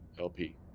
LP